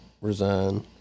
resign